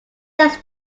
takes